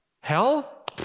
Hell